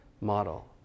model